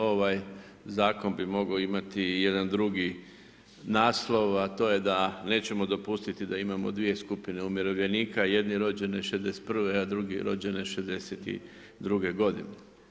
Ovaj zakon bi mogao imati jedan drugi naslov, a to je da nećemo dopustiti da imamo dvije skupine umirovljenika, jedni rođeni '61., a drugi rođeni '62. godine.